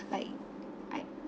like I